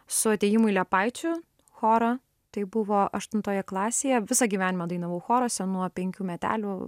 su atėjimu į liepaičių chorą tai buvo aštuntoje klasėje visą gyvenimą dainavau choruose nuo penkių metelių